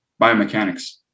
biomechanics